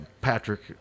Patrick